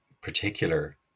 particular